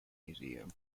museum